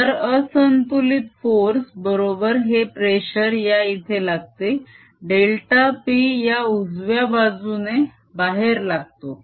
तर असंतुलित फोर्स बरोबर हे प्रेशर या इथे लागते डेल्टा p या उजव्या बाजूने बाहेर लागतो